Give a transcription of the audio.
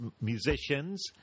musicians